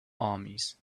armies